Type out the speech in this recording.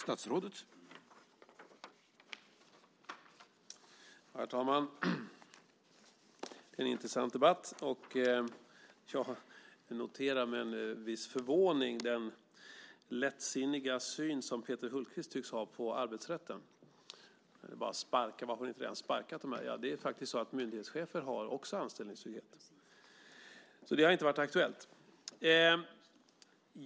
Herr talman! Det är en intressant debatt. Jag noterar med viss förvåning den lättsinniga syn som Peter Hultqvist tycks ha på arbetsrätten - det är bara att sparka. Man får inte ens sparka. Myndighetschefer har faktiskt också anställningstrygghet. Det har alltså inte varit aktuellt.